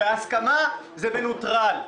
כשיש הסכמה, זה מנוטרל.